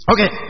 Okay